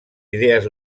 idees